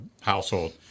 household